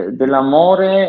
dell'amore